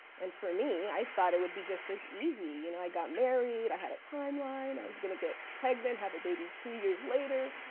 and for me i thought it would be just as easy you know i got married, i had a timeline, i was going to get pregnant, have a baby two years later.